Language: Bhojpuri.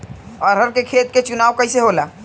अरहर के खेत के चुनाव कइसे होला?